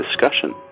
discussion